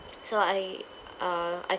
so I uh I